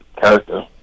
character